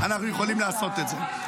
אנחנו יכולים לעשות את זה.